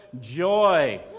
joy